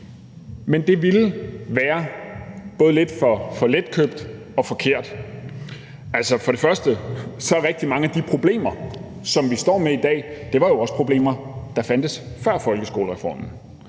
Men det ville være både lidt for letkøbt og forkert. Først vil jeg sige, at rigtig mange af de problemer, som vi står med i dag, er problemer, der også fandtes før folkeskolereformen.